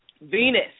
Venus